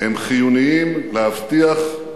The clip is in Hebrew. הם חיוניים להבטחת